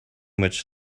much